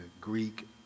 Greek